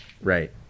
Right